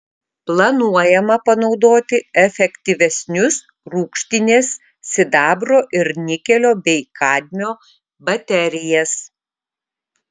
planuojama panaudoti efektyvesnius rūgštinės sidabro ir nikelio bei kadmio baterijas